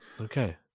Okay